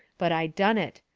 but i done it.